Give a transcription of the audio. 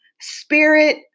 spirit